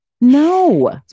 no